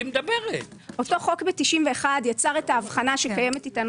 אותו חוק ב-1991 יצר את ההבחנה שקיימת איתנו